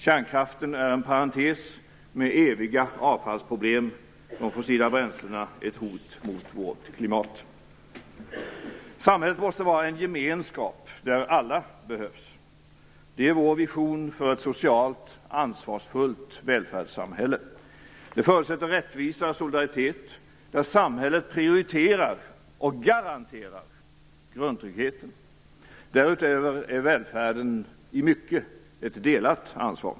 Kärnkraften är en parentes, med eviga avfallsproblem. De fossila bränslena är ett hot mot vårt klimat. Samhället måste vara en gemenskap, där alla behövs. Det är vår vision för ett socialt, ansvarsfullt välfärdssamhälle. Det förutsätter rättvisa och solidaritet, där samhället prioriterar och garanterar grundtryggheten. Därutöver är välfärden i mycket ett delat ansvar.